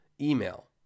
email